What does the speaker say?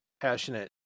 passionate